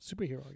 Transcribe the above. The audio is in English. Superhero